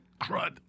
crud